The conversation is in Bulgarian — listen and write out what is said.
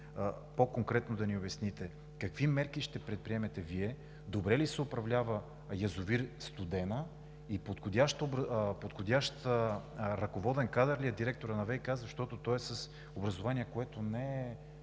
по-конкретно да ни обясните: какви мерки ще предприемете Вие; добре ли се управлява язовир „Студена“; подходящ ръководен кадър ли е директорът на ВиК, защото той е с образование, което не е